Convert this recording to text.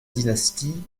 dynastie